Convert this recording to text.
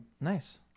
Nice